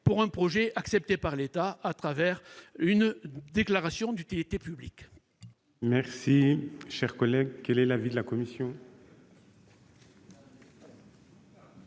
des projets acceptés par l'État au travers d'une déclaration d'utilité publique.